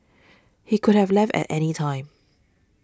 he could have left at any time